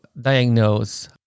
diagnose